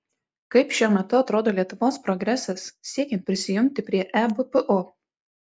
kaip šiuo metu atrodo lietuvos progresas siekiant prisijungti prie ebpo